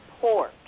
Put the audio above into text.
port